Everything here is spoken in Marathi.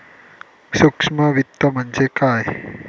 सूक्ष्म वित्त म्हणजे काय?